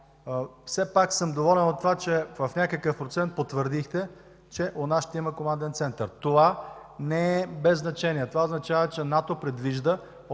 все пак съм доволен от това, че в някакъв процент потвърдихте, че у нас ще има команден център. Това не е без значение. Това означава, че НАТО предвижда